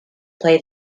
play